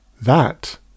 That